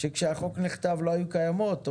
שלא היו קיימות כשהחוק נכתב.